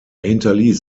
hinterließ